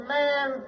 man